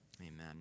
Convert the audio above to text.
Amen